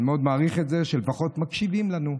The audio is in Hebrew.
אני מאוד מעריך את זה שלפחות מקשיבים לנו.